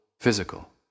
physical